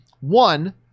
One